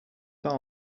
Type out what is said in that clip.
pas